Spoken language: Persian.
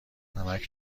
نمک